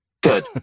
Good